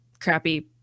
crappy